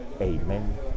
amen